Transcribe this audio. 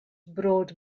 brought